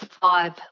five